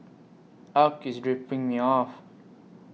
Arch IS dropping Me off